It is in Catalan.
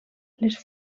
les